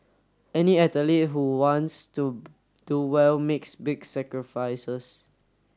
any athlete who wants to do well makes big sacrifices